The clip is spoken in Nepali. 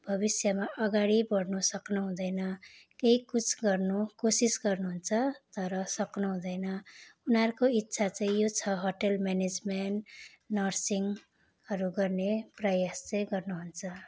भविष्यमा अगाडि बढ्नु सक्नुहुँदैन केही कुछ गर्नु कोसिस गर्नुहुन्छ तर सक्नुहुँदैन उनीहरूको इच्छा चाहिँ यो छ होटल म्यानेजमेन्ट नर्सिङहरू गर्ने प्रयास चाहिँ गर्नुहुन्छ